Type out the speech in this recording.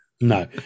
no